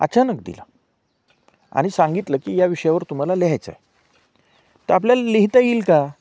अचानक दिला आणि सांगितलं की या विषयावर तुम्हाला लिहायचं आहे तर आपल्याला लिहिता येईल का